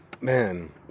Man